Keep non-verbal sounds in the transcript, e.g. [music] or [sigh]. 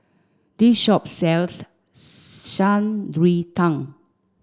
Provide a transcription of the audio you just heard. this shop sells [unintelligible] Shan Rui Tang